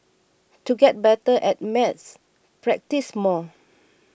to get better at maths practise more